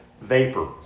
vapor